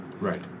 Right